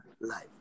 life